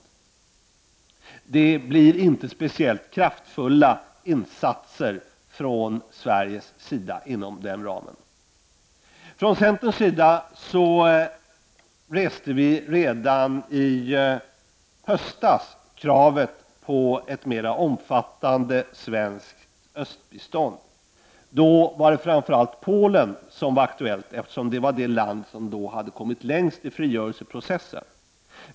Inom den ramen blir det inte speciellt kraftfulla insatser från Sveriges sida. Vi i centern reste redan i höstas krav på ett mer omfattande svenskt östbistånd. Då var det framför allt Polen som var aktuellt, eftersom det var det land som hade kommit längst i frigörelseprocessen.